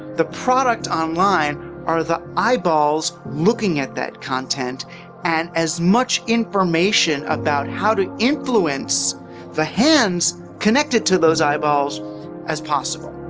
the product online are the eyeballs looking at that content and as much information about how to influence the hands connected to those eyeballs as possible.